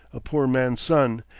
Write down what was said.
a poor man's son,